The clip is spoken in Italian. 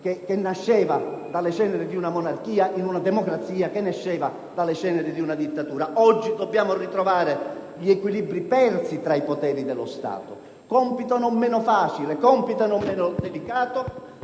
che nasceva dalle ceneri di una monarchia, in una democrazia che nasceva da una dittatura. Oggi dobbiamo ritrovare gli equilibri persi tra i poteri dello Stato. Si tratta di un compito non meno difficile